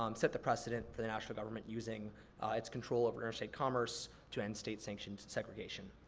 um set the precedent for the national government using its control over interstate commerce to end state sanctioned segregation.